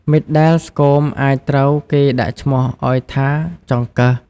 មិត្តដែលស្គមអាចត្រូវគេដាក់ឈ្មោះឱ្យថា “ចង្កឹះ”។